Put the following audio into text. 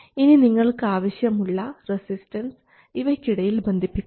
ഇനി നിങ്ങൾക്ക് ആവശ്യമുള്ള റെസിസ്റ്റൻസ് ഇവയ്ക്ക് ഇടയിൽ ബന്ധിപ്പിക്കാം